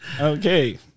Okay